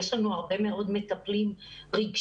יש לנו הרבה מאוד מטפלים רגשיים,